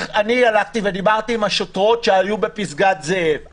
אני הלכתי ודיברתי עם השוטרות שהיו בפסגת זאב.